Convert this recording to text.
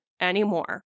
anymore